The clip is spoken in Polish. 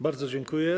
Bardzo dziękuję.